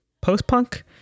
post-punk